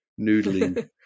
noodling